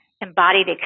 embodied